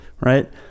right